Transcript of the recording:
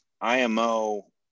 IMO